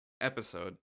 episode